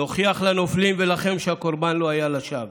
נוכיח לנופלים ולכם שהקורבן לא היה לשווא.